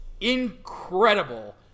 incredible